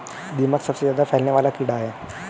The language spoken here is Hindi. दीमक सबसे ज्यादा फैलने वाला कीड़ा है